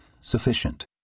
Sufficient